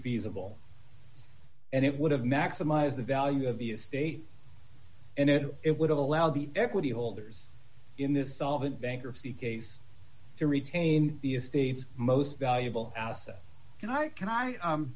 feasible and it would have maximize the value of the estate and it would allow the equity holders in this solvent bankruptcy case to retain the state's most valuable asset and i can i